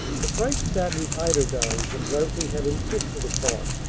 the bright satin eiderdowns that leslie had insisted upon.